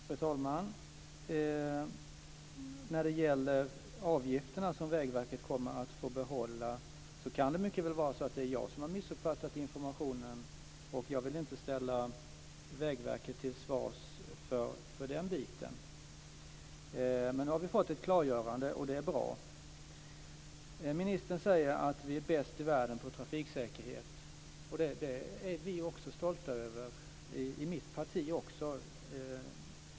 Fru talman! När det gäller de avgifter som Vägverket kommer att få behålla kan det mycket väl vara jag som har missuppfattat informationen. Jag vill inte ställa Vägverket till svars för den biten. Men nu har vi fått ett klargörande, och det är bra. Ministern säger att vi är bäst i världen på trafiksäkerhet. Det är också vi i mitt parti stolta över.